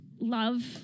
love